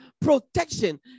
protection